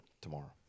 tomorrow